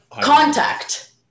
Contact